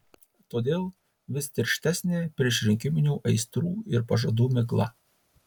todėl vis tirštesnė priešrinkiminių aistrų ir pažadų migla